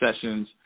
sessions